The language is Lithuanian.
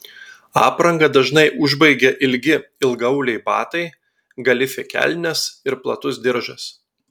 aprangą dažnai užbaigia ilgi ilgaauliai batai galifė kelnės ir platus diržas